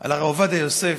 על הרב עובדיה יוסף.